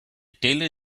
teller